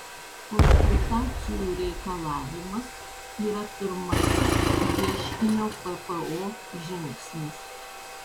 konsultacijų reikalavimas yra pirmasis ieškinio ppo žingsnis